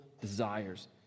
desires